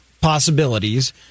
possibilities